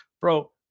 bro